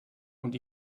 und